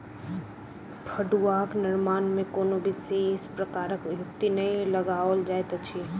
फड़ुआक निर्माण मे कोनो विशेष प्रकारक युक्ति नै लगाओल जाइत अछि